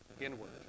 inward